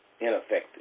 ineffective